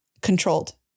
controlled